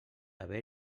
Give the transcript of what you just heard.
haver